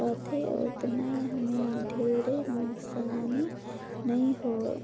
रथे ओतना मे ढेरे नुकसानी नइ होय